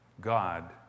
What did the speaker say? God